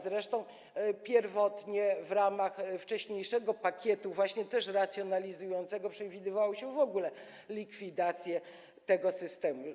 Zresztą pierwotnie, w ramach wcześniejszego pakietu, też racjonalizującego, przewidywało się w ogóle likwidację tego systemu.